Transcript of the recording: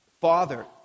father